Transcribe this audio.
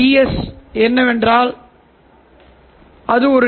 நான் என்ன செய்வது இது டி